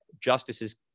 justices